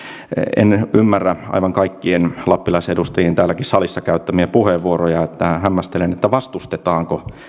en ymmärrä aivan kaikkien lappilaisedustajien täälläkin salissa käyttämiä puheenvuoroja hämmästelen että vastustetaanko